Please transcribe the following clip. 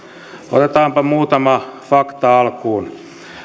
otetaanpa muutama fakta alkuun